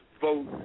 vote